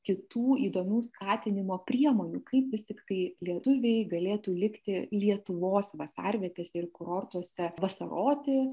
kitų įdomių skatinimo priemonių kaip vis tik tai lietuviai galėtų likti lietuvos vasarvietės ir kurortuose vasaroti